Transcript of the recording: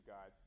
God